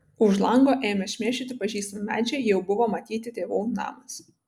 už lango ėmė šmėsčioti pažįstami medžiai jau buvo matyti tėvų namas